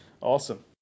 Awesome